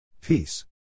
Peace